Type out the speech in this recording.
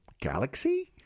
galaxy